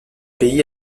pays